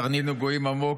"הרנינו גויים עמו,